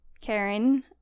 Karen